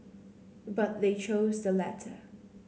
but they chose the latter